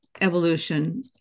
Evolution